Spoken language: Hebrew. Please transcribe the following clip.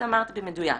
את אמרת במדויק,